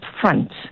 front